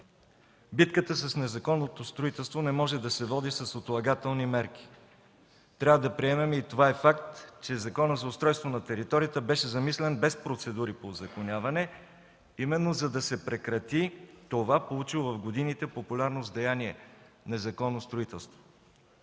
Битката с незаконното строителство не може да се води с отлагателни мерки. Трябва да приемем и това е факт, че Законът за устройство на територията беше замислен без процедури по узаконяване, именно за да се прекрати това получило в годините популярност деяние „незаконно строителство”.